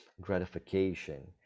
gratification